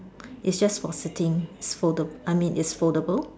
is just for sitting it's folda I mean it's foldable